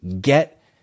get